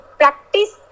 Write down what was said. practice